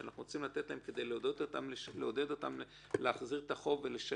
שאנחנו רוצים לתת להם כדי לעודד אותם להחזיר את החוב ולשלם,